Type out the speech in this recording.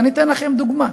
ואני אתן לכם דוגמה: